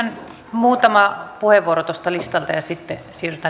muutama puheenvuoro tuosta listalta ja sitten